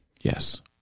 yes